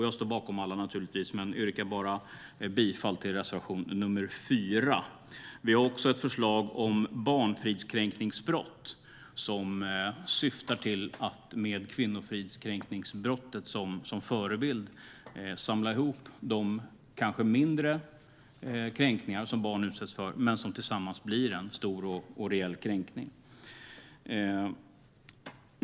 Jag står naturligtvis bakom alla men yrkar bara bifall till reservation 4. Vi har också ett förslag om ett barnfridskränkningsbrott som syftar till att med kvinnofridskränkningsbrottet som förebild samla ihop de kanske mindre kränkningar som barn utsätts för men som tillsammans blir en rejält stor kränkning.